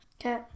Okay